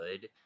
good